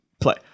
play